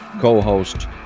co-host